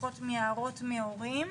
לפחות מהערות מהורים,